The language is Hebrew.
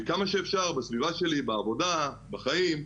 כמה שאפשר, בסביבה שלי, בעבודה, בחיים.